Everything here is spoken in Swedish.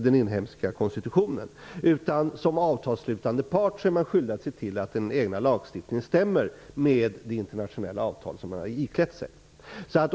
den inhemska konstitutionen. Som avtalsslutande part är man skyldig att se till att den egna lagstiftningen stämmer med de förpliktelser som man enligt det internationella avtalet har iklätt sig.